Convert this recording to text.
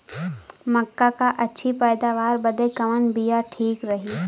मक्का क अच्छी पैदावार बदे कवन बिया ठीक रही?